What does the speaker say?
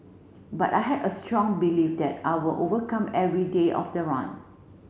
but I had a strong belief that I will overcome every day of the run